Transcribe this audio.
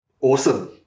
Awesome